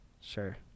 Sure